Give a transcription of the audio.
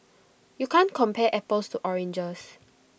you can't compare apples to oranges